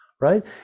right